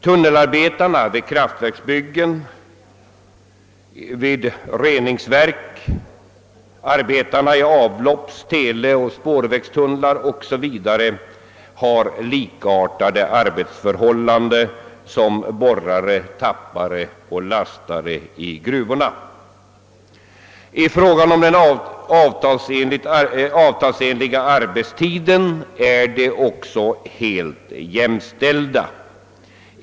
Tunnelarbetarna vid kraftverks byggen, vid reningsverk, arbetarna i avlopps-, teleoch spårvägstunnlar 0. s. v. har likartade arbetsförhållanden som borrare, tappare och lastare i gruvorna. I fråga om den avtalsenliga arbetstiden är dessa grupper också helt jämställda.